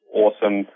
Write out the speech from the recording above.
awesome